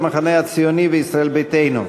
המחנה הציוני וישראל ביתנו.